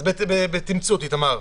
אז בתמצות, איתמר.